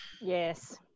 Yes